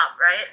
right